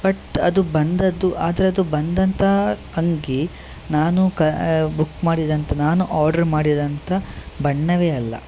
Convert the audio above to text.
but ಅದು ಬಂದದ್ದು ಅದರದ್ದು ಬಂದಂತಹ ಅಂಗಿ ನಾನು ಕ ಬುಕ್ ಮಾಡಿದಂಥ ನಾನು ಆರ್ಡ್ರು ಮಾಡಿದಂಥ ಬಣ್ಣವೇ ಅಲ್ಲ